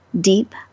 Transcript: deep